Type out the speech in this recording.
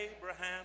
Abraham